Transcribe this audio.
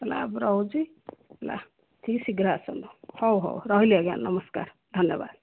ହେଲା ମୁଁ ରହୁଛି ହେଲା ଟିକେ ଶୀଘ୍ର ଆସନ୍ତୁ ହଉ ହଉ ରହିଲି ଆଜ୍ଞା ନମସ୍କାର ଧନ୍ୟବାଦ